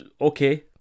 Okay